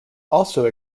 also